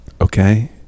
Okay